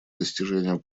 достижению